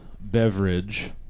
beverage